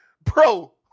Bro